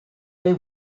they